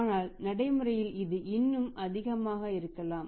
ஆனால் நடைமுறையில் இது இன்னும் அதிகமாக இருக்கலாம்